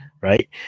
Right